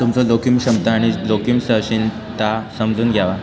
तुमचो जोखीम क्षमता आणि जोखीम सहनशीलता समजून घ्यावा